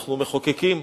אנחנו מחוקקים,